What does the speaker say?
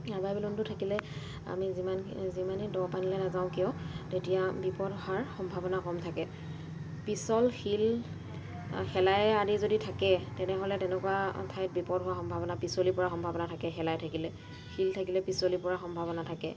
rubber বেলুনটো থাকিলে আমি যিমানখিনি যিমানেই দ পানীলৈ নাযাওঁ কিয় তেতিয়া বিপদ হোৱাৰ সম্ভাৱনা কম থাকে পিছল শিল শেলাই আদি যদি থাকে তেনেহ'লে তেনেকুৱা ঠাইত বিপদ হোৱাৰ সম্ভাৱনা পিচলি পৰাৰ সম্ভাৱনা থাকে শেলাই থাকিলে শিল থাকিলে পিচলি পৰাৰ সম্ভাৱনা থাকে